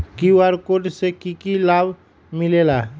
QR code से कि कि लाव मिलेला?